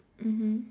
mmhmm